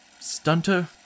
Stunter